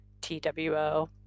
T-W-O